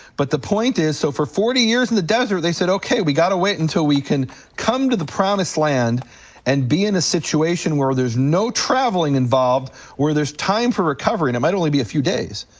but the point is, so for forty years in the desert, they said okay, we gotta wait until we can come to the promised land and be in a situation where there's no traveling involved where there's time for recovery. and it might only be a few days,